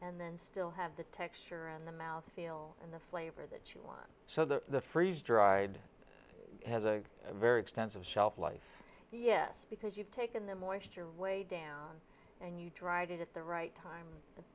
and then still have the texture and the mouthfeel and the flavor that you want so that the freeze dried has a very extensive shelf life yes because you've taken the moisture way down and you dried it at the right time